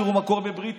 תראו מה קורה בבריטניה.